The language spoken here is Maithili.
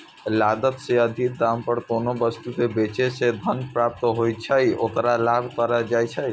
लागत सं अधिक दाम पर कोनो वस्तु कें बेचय सं जे धन प्राप्त होइ छै, ओकरा लाभ कहल जाइ छै